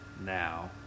now